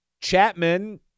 Chapman